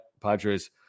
Padres